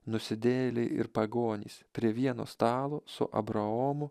nusidėjėliai ir pagonys prie vieno stalo su abraomu